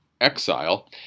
exile